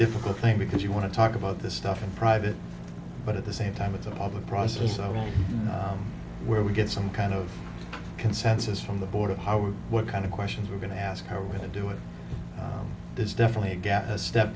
difficult thing because you want to talk about this stuff in private but at the same time it's a public process so where we get some kind of consensus from the board of how or what kind of questions we're going to ask how we're going to do it there's definitely a gap step